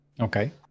okay